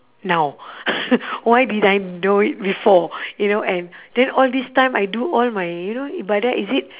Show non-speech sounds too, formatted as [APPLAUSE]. now [NOISE] why didn't I know it before you know and then all this time I do all my you know ibadah is it